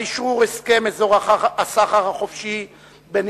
על אשרור הסכם אזור הסחר החופשי בין